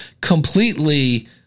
completely